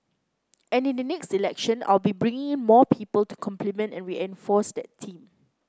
and in the next election I will be bringing in more people to complement and reinforce that team